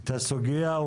את הסוגיה,